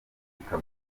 ariko